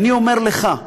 ואני אומר לך: